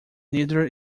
neither